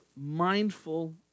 mindful